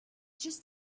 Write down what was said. just